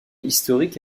historique